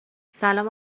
سلام